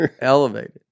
elevated